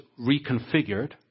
reconfigured